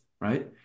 right